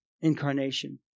incarnation